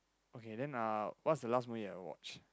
okay then uh what's the last movie that you watch